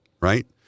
right